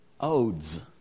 Odes